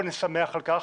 ואני שמח על כך,